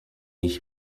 ich